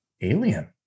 alien